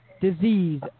disease